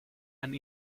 and